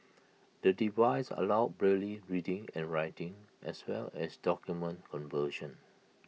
the device allows braille reading and writing as well as document conversion